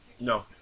No